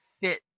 fit